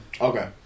Okay